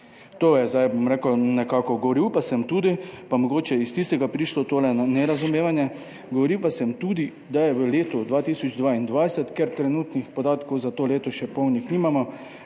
To je zdaj, bom rekel, nekako. Govoril, pa sem tudi, pa mogoče iz tistega prišlo tole na nerazumevanje, govoril pa sem tudi, da je v letu 2022, ker trenutnih podatkov za to leto še polnih nimamo,